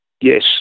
Yes